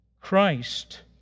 Christ